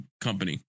company